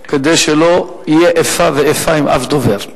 כדי שלא יהיה איפה ואיפה עם אף דובר.